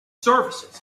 services